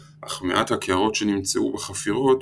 אך מעט הקערות שנמצאו בחפירות,